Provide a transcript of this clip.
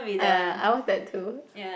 ah ya I watch that too